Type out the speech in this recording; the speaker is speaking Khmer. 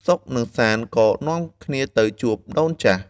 សុខ និងសាន្តក៏នាំគ្នាទៅជួបដូនចាស់។